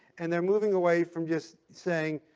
and they're moving away from just saying,